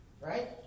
Right